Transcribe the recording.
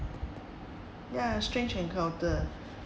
ya strange encounter